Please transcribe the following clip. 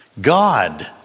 God